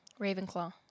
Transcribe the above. Ravenclaw